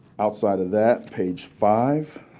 outside of that, page five,